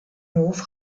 hof